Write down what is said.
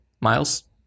Miles